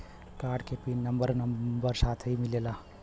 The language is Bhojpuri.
कार्ड के पिन नंबर नंबर साथही मिला?